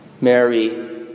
Mary